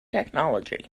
technology